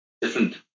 different